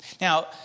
Now